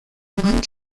lune